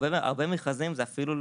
הרבה מכרזים זה אפילו לא,